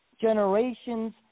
generations